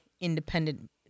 independent